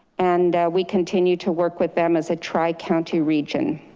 and we continue to work with them as a tri-county region.